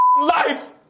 life